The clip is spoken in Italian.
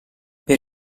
per